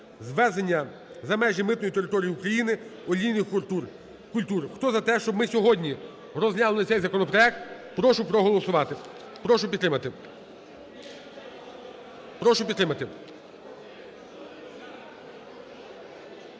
вивезення за межі митної території України олійних культур. Хто за те, щоб ми сьогодні розглянули цей законопроект? Прошу проголосувати. Прошу підтримати.